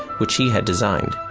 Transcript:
which he had designed.